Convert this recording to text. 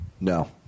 No